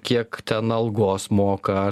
kiek ten algos moka